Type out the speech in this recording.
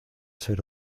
ser